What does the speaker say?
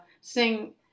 sing